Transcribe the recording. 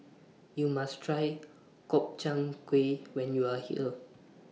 YOU must Try Gobchang Gui when YOU Are here